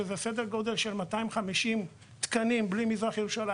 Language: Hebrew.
שזה סדר גודל של 250 תקנים בלי מזרח ירושלים,